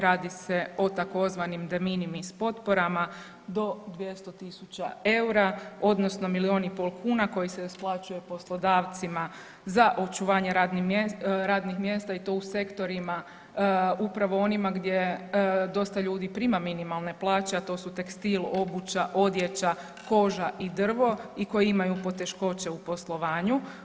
Radi se o tzv. „de minimis“ potporama do 200 tisuća eura, odnosno milijun i pol kuna koji se isplaćuje poslodavcima za očuvanje radnih mjesta i to u sektorima upravo onima gdje dosta ljudi prima minimalne plaće, a to su tekstil, obuća, odjeća, koža i drvo i koji imaju poteškoće u poslovanju.